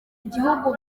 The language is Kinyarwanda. igihugu